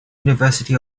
university